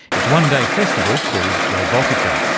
its one-day festival called robotica.